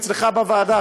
אצלך בוועדה,